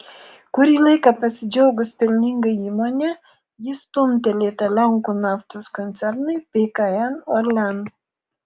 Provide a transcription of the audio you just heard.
kurį laiką pasidžiaugus pelninga įmone ji stumtelėta lenkų naftos koncernui pkn orlen